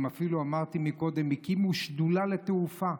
הם אפילו, אמרתי קודם, הקימו שדולה לתעופה.